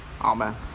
amen